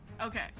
Okay